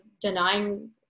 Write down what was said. denying